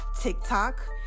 TikTok